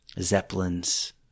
Zeppelins